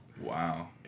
Wow